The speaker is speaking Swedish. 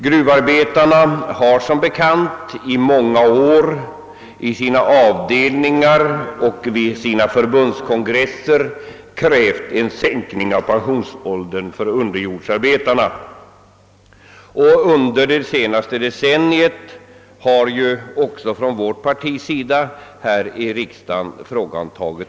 Gruvarbetarna har som bekant i många år i sina avdelningar och vid sina förbundskongresser krävt en sänkning av pensionsåldern för underjordsarbetarna, och under det senaste decenniet har denna fråga också tagits upp från vårt partis sida här i riksdagen.